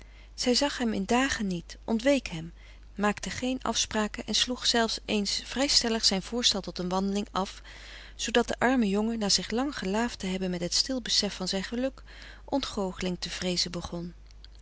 zij zag hem in dagen niet ontweek hem maakte geen afspraken en sloeg zelfs eens vrij stellig zijn voorstel tot een wandeling af zoodat de arme jongen na zich lang gelaafd te hebben met het stil besef van zijn geluk ontgoocheling te vreezen begon